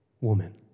woman